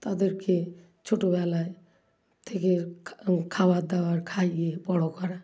তাদেরকে ছোটোবেলা থেকে খাওয়ার দাওয়ার খাইয়ে বড়ো করা